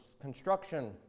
construction